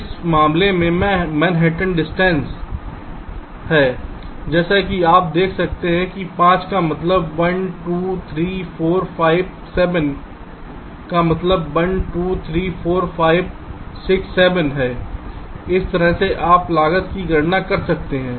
इस मामले में ये मैनहट्टन दूरी हैं जैसा कि आप देख सकते हैं 5 का मतलब 1 2 3 4 5 7 का मतलब 1 2 3 4 5 6 7 है इस तरह से आप लागत की गणना कर सकते हैं